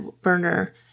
burner